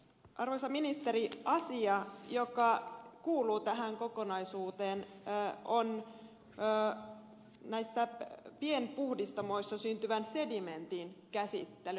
mutta arvoisa ministeri asia joka kuuluu tähän kokonaisuuteen on näissä pienpuhdistamoissa syntyvän sedimentin käsittely